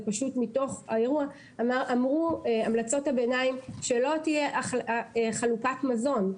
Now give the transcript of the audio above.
זה פשוט מתוך האירוע אמרו המלצות הביניים שלא תהיה חלוקת מזון.